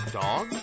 dog